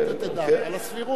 היא צריכה לתת את דעתה על הסבירות.